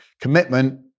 commitment